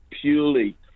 purely